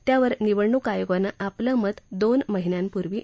त्यावर निवडणूक आयोगानं आपलं मत दोन महिन्यापूर्वी दिलं